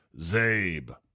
Zabe